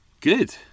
good